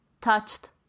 touched